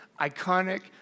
iconic